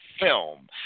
film